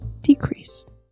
decreased